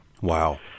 Wow